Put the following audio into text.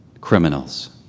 criminals